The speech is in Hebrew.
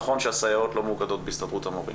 נכון שהסייעות לא מאוגדות בהסתדרות המורים,